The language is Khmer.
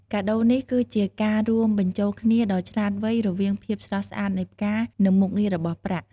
កាដូនេះ គឺជាការរួមបញ្ចូលគ្នាដ៏ឆ្លាតវៃរវាងភាពស្រស់ស្អាតនៃផ្កា និងមុខងាររបស់ប្រាក់។